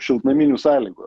šiltnaminių sąlygų